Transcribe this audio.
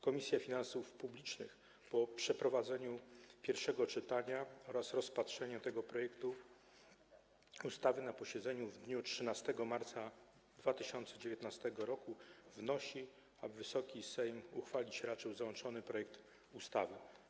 Komisja Finansów Publicznych, po przeprowadzeniu pierwszego czytania oraz rozpatrzeniu tego projektu ustawy na posiedzeniu w dniu 13 marca 2019 r., wnosi, aby Wysoki Sejm uchwalić raczył załączony projekt ustawy.